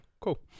Cool